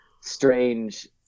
strange